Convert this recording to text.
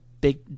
big